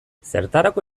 zertarako